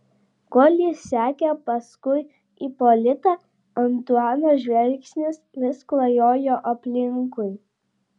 kol jis sekė paskui ipolitą antuano žvilgsnis vis klajojo aplinkui